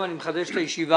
אני פותח את הישיבה.